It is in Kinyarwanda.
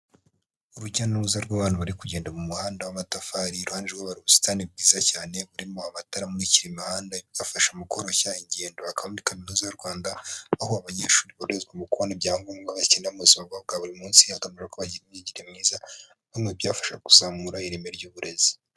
Urujya n'uruza rw'abantu bari kugenda mu muhanda w'amatafari, iruhande rwaho hari ubusitani bwiza cyane burimo amatara amurikira imihanda bigafasha mu koroshya ingendo; akaba ari muri Kaminuza y'u Rwanda aho abanyeshuri boroherezwa mu kubona ibyangombwa bakenera mu buzima bwabo bwa buri munsi, bakabona uko bagira imyigire myiza, nka bimwe mu byafasha kuzamura ireme ry'uburezi.